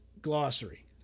glossary